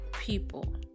people